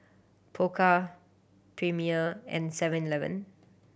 Pokka Premier and Seven Eleven